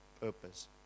purpose